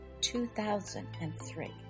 2003